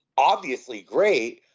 obviously great,